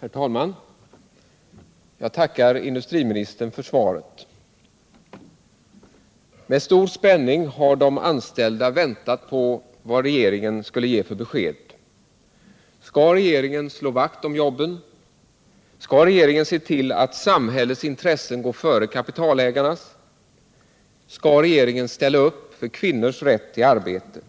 Herr talman! Jag tackar industriministern för svaret. Med stor spänning har de anställda väntat på regeringens besked. Skall regeringen slå vakt om jobben? Skall regeringen se till att samhällets intressen går före kapitalägarnas? Skall regeringen ställa upp för kvinnors rätt till arbete?